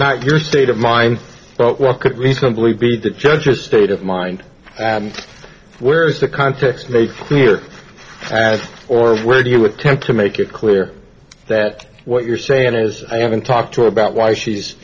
not your state of mind but what could reasonably be the judge a state of mind where is the context made clear as or where you attempt to make it clear that what you're saying is i haven't talked to about why she's